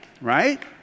right